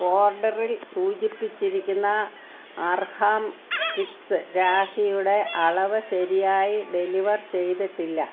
ഓർഡറിൽ സൂചിപ്പിച്ചിരിക്കുന്ന അർഹാം കിഡ്സ് രാഖിയുടെ അളവ് ശരിയായി ഡെലിവർ ചെയ്തിട്ടില്ല